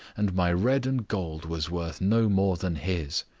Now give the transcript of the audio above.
and my red and gold was worth no more than his.